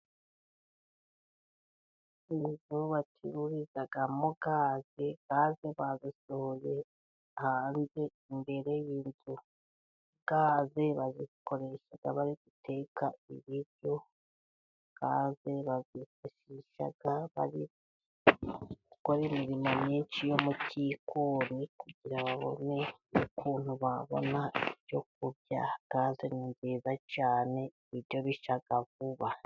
Inzu bacuririzamo gaze gaze bazisohoye hanze imbere y'inzu, gaze bazikoresha bari guteka ibiryo, gaze bazifashisha bari gukora imirimo myinshi yo mu gikoni, kugira ngo babone ukuntu babona ibyo kurya. Gaze ni nziza cyane ibiryo bishya vuba.